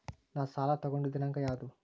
ನಾ ಸಾಲ ತಗೊಂಡು ದಿನಾಂಕ ಯಾವುದು?